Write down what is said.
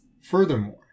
Furthermore